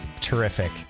Terrific